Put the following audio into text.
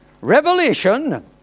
Revelation